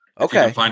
Okay